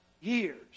years